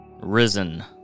risen